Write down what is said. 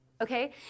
okay